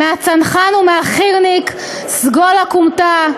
משל הצנחן ומהחי"רניק סגול-הכומתה.